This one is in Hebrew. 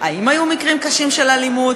האם היו מקרים קשים של אלימות?